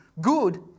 Good